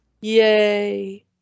yay